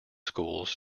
schools